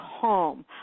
calm